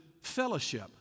fellowship